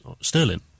Sterling